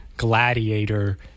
gladiator